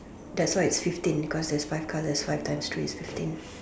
that's why it's fifteen because there is five colors five times three is fifteen